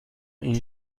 این